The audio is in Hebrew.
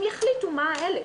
הם יחליטו מה ה-1,000.